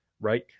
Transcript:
right